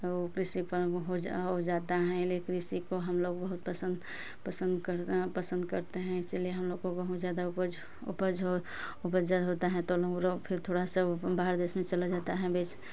कृषि पालन हो जाता है कृषि को हम लोग बहुत पसंद पसंद कर पसंद करते हैं इसलिए हम लोग को गहूम ज्यादा उपज हो उपज होता है तो वो थोड़ा स बाहर देश में चला जाता है